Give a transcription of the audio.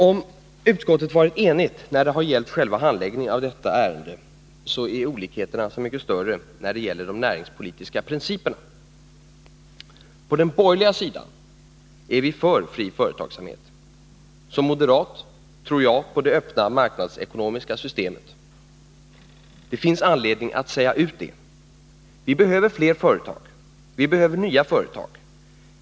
Om utskottet har varit enigt när det har gällt själva handläggningen av detta ärende, är olikheterna så mycket större när det gäller de näringspolitiska principerna. På den borgerliga sidan är vi för fri företagsamhet. Som moderat tror jag på det öppna marknadsekonomiska systemet. Det finns anledning att säga ut det. Vi behöver fler företag. Vi behöver nya företag.